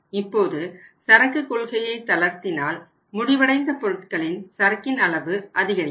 இப்போது சரக்கு கொள்கையை தளர்த்தினால் முடிவடைந்த பொருட்களின் சரக்கின் அளவு அதிகரிக்கும்